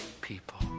people